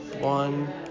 one